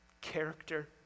character